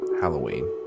Halloween